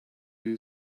you